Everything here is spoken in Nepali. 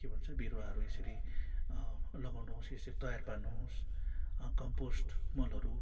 के भन्छ बिरुवाहरू यसरी लगाउनुहोस् यसरी तयार पार्नुहोस् कम्पोस्ट मलहरू